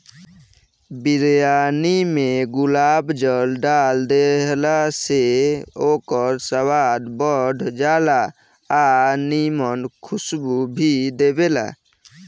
बिरयानी में गुलाब जल डाल देहला से ओकर स्वाद बढ़ जाला आ निमन खुशबू भी देबेला